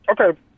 Okay